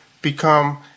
become